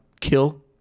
kill